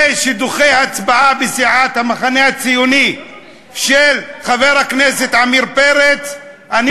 זה שדוחה הצבעה שמציע חבר הכנסת עמיר פרץ בסיעת המחנה הציוני,